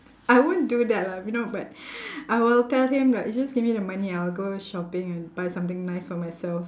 I won't do that lah you know but I will tell him like you just give me the money I'll go shopping and buy something nice for myself